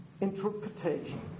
interpretation